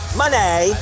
money